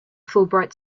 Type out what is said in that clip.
fulbright